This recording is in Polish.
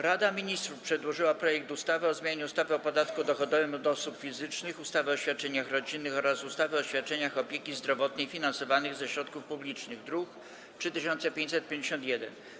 Rada Ministrów przedłożyła projekt ustawy o zmianie ustawy o podatku dochodowym od osób fizycznych, ustawy o świadczeniach rodzinnych oraz ustawy o świadczeniach opieki zdrowotnej finansowanych ze środków publicznych, druk nr 3551.